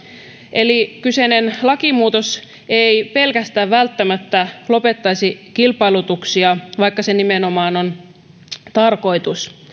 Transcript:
eli kyseinen lakimuutos ei pelkästään välttämättä lopettaisi kilpailutuksia vaikka se nimenomaan on tarkoitus